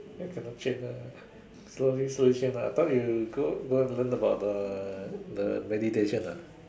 here cannot change ah slowly ah I thought you go and learn about the meditation ah